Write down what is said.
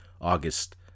August